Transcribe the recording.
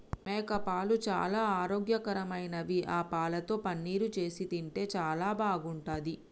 మేకపాలు చాలా ఆరోగ్యకరమైనవి ఆ పాలతో పన్నీరు చేసి తింటే చాలా బాగుంటది